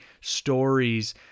stories